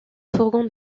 fourgon